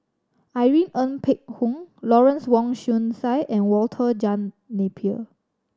Irene Ng Phek Hoong Lawrence Wong Shyun Tsai and Walter John Napier